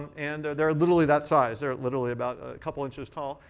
and they're they're literally that size. they're literally about a couple inches tall.